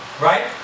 right